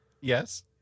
Yes